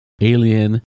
alien